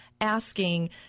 asking